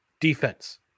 defense